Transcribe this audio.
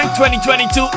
2022